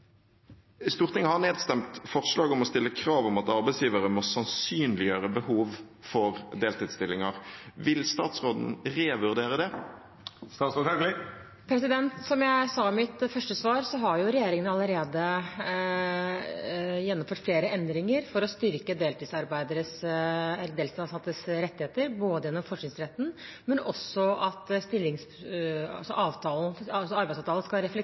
Stortinget har nedstemt forslag om å stille krav om at arbeidsgivere må sannsynliggjøre behov for deltidsstillinger. Vil statsråden revurdere det? Som jeg sa i mitt første svar, har regjeringen allerede gjennomført flere endringer for å styrke deltidsansattes rettigheter, både gjennom fortrinnsretten og gjennom at